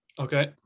Okay